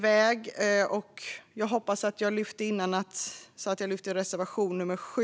Jag hoppas att jag sa tidigare att jag yrkar bifall till reservation nummer 7.